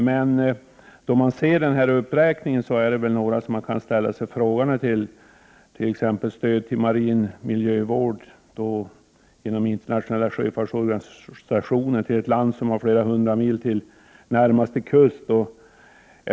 Men när man ser denna uppräkning, kan man ställs sig frågan till vissa insatser, t.ex. stöd till marin miljövård inom internationella sjöfartsorganisationen till ett land som har flera hundra mil till närmaste kust.